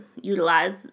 utilize